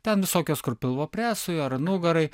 ten visokios kur pilvo presui ar nugarai